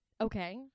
Okay